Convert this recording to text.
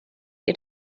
ihr